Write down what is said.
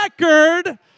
record